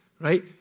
right